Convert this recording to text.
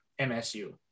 MSU